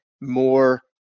more